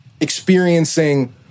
experiencing